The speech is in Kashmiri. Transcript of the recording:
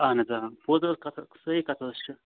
اہن حظ آ پوٚز حظ کَتھ حظ صحیح کَتھ حظ چھِ